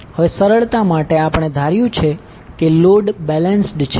હવે સરળતા માટે આપણે ધાર્યું છે કે લોડ બેલેન્સ્ડ છે